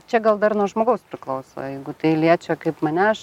čia gal dar nuo žmogaus priklauso jeigu tai liečia kaip mane aš